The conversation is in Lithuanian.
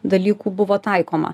dalykų buvo taikoma